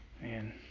man